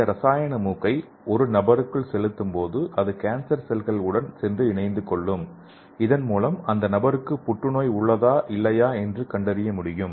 இந்த ரசாயன மூக்கை ஒரு நபருக்குள் செலுத்தும்போது அது கேன்சர் செல்கள் உடன் சென்று இணைந்துகொள்ளும் இதன் மூலம் அந்த நபருக்கு புற்றுநோய் உள்ளதா இல்லையா என கண்டறிய முடியும்